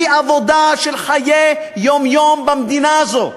היא עבודה של חיי היום-יום במדינה הזאת.